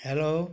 hello